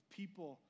people